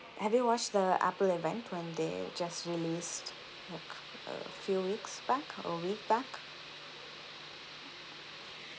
have you watched the apple event when they just released like a few weeks back a week back